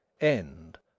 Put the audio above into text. End